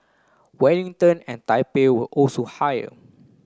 Wellington and Taipei were also higher